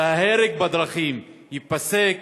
ההרג בדרכים ייפסק,